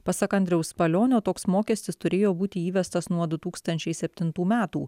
pasak andriaus palionio toks mokestis turėjo būti įvestas nuo du tūkstančiai septintų metų